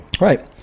Right